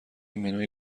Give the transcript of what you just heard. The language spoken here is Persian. منوی